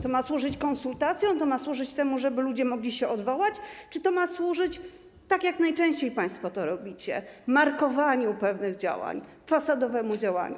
To ma służyć konsultacjom, to ma służyć temu, żeby ludzie mogli się odwołać, czy to ma służyć - tak jak najczęściej państwo to robicie - markowaniu pewnych działań, fasadowemu działaniu?